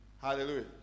Hallelujah